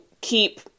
keep